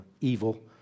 evil